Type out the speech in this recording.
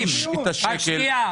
החליש את --- רק שנייה,